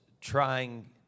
trying